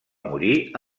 morir